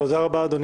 תודה רבה, אדוני.